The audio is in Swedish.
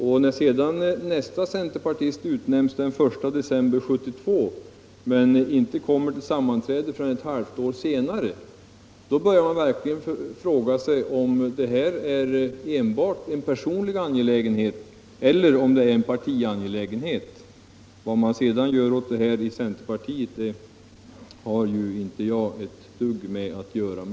Och när sedan nästa centerpartist utnämns den 1 december 1972 men inte kommer till sammanträdena förrän ett halvt år senare, så kan man möjligen fråga sig om detta verkligen enbart är en personlig angelägenhet eller om det är en partiangelägenhet. Men vad man gör åt detta i centerpartiet har jag ju inte med att göra.